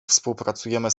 współpracujemy